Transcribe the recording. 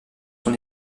son